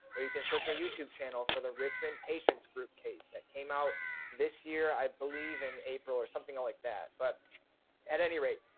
where you can search our youtube channel for the richmond patient's group case that came out this year, i believe in april or something like that. but at any rate,